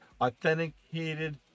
authenticated